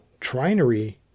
trinary